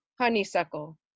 honeysuckle